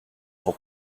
son